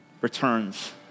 returns